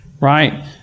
right